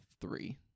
three